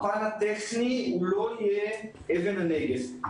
הפן הטכני לא יהיה אבן הנגף.